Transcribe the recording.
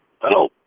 Hello